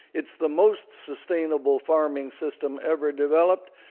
it's the most sustainable farming system ever developed.